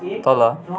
तल